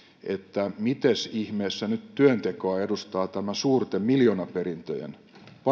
että mites ihmeessä nyt työntekoa edustaa tämä suurten miljoonaperintöjen